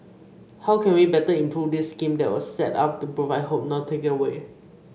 how can we better improve this scheme that was set up to provide hope not take it away